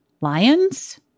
lions